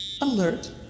Alert